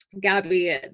Gabby